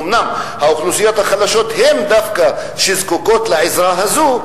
אומנם האוכלוסיות החלשות הן דווקא שזקוקות לעזרה הזו,